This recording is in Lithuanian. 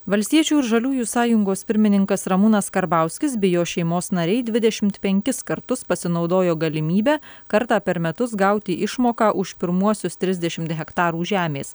valstiečių ir žaliųjų sąjungos pirmininkas ramūnas karbauskis bei jo šeimos nariai dvidešimt penkis kartus pasinaudojo galimybe kartą per metus gauti išmoką už pirmuosius trisdešimt hektarų žemės